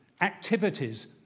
activities